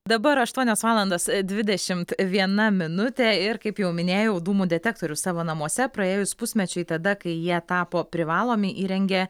dabar aštuonios valandos dvidešimt viena minutė ir kaip jau minėjau dūmų detektorių savo namuose praėjus pusmečiui tada kai jie tapo privalomi įrengė